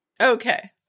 Okay